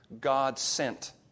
God-sent